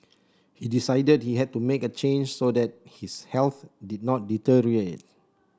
he decided he had to make a change so that his health did not deteriorate